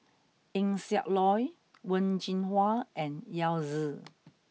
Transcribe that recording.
Eng Siak Loy Wen Jinhua and Yao Zi